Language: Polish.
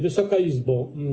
Wysoka Izbo!